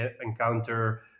encounter